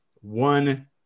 one